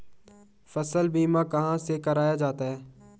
फसल बीमा कहाँ से कराया जाता है?